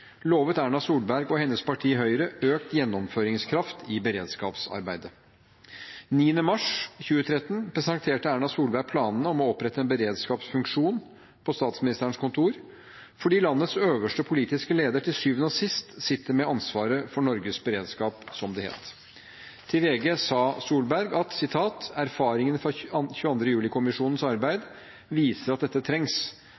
lovet Erna Solberg og hennes parti, Høyre, økt gjennomføringskraft i beredskapsarbeidet. Den 9. mars 2013 presenterte Erna Solberg planene om å opprette en beredskapsfunksjon på Statsministerens kontor fordi landets øverste politiske leder til syvende og sist sitter med ansvaret for Norges beredskap, som det het. Til VG sa Erna Solberg: «Erfaringen fra 22. juli-kommisjonens arbeid viser at